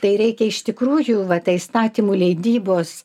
tai reikia iš tikrųjų va ta įstatymų leidybos